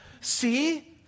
see